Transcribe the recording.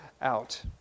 out